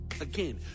Again